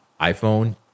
iPhone